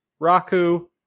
Raku